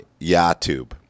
YouTube